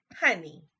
honey